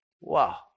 Wow